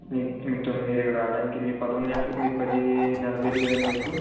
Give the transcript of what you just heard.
మీకు మీరు ఇక్కడికి రావడానికి మీరు పదకొండు గంట్ల మీకు పది నలభై ఐదుకు కాదండి మీకు